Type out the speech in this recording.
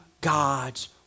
God's